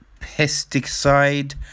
Pesticide